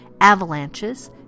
avalanches